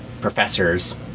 professors